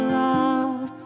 love